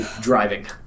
driving